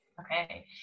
Okay